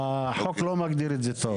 החוק לא מגדיר את זה טוב.